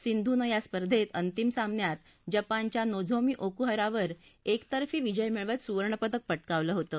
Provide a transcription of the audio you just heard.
सिंधून या स्पर्धेत अंतिम सामन्यात जपानच्या नोझोमी ओकुहरावर एकतर्फी विजय मिळवत सुवर्णपदक पटकावलं होतं